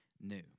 new